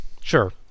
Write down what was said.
Sure